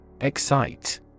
Excite